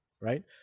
right